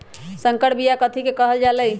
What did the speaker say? संकर बिया कथि के कहल जा लई?